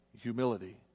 humility